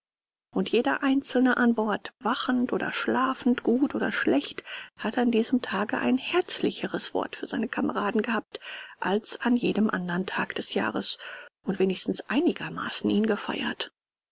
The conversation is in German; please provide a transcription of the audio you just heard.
und jeder einzelne an bord wachend oder schlafend gut oder schlecht hatte an diesem tage ein herzlicheres wort für seine kameraden gehabt als an jedem andern tag des jahres und wenigstens einigermaßen ihn gefeiert